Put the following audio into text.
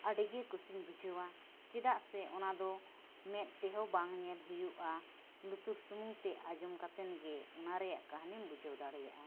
ᱟᱹᱰᱤᱜᱮ ᱠᱩᱥᱤᱧ ᱵᱩᱡᱷᱟᱹᱣᱟ ᱪᱮᱫᱟᱜ ᱥᱮ ᱚᱱᱟ ᱫᱚ ᱢᱮᱫ ᱛᱮᱦᱚᱸ ᱵᱟᱝ ᱧᱮᱞ ᱦᱩᱭᱩᱜᱼᱟ ᱞᱩᱛᱩᱨ ᱥᱩᱢᱩᱝᱛᱮ ᱟᱸᱡᱚᱢ ᱠᱟᱛᱮᱱᱜᱮ ᱚᱱᱟ ᱨᱮᱭᱟᱜ ᱠᱟᱦᱱᱤᱢ ᱵᱩᱡᱷᱟᱹᱣ ᱫᱟᱲᱮᱭᱟᱜᱼᱟ